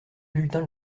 bulletin